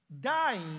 dying